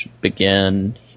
begin